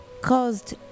caused